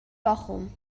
bochum